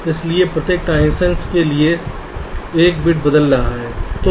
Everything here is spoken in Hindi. इसलिए प्रत्येक ट्रांजिशन के लिए एक बिट बदल रहा है